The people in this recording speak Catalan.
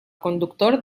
conductor